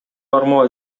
кармоо